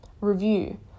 review